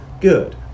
Good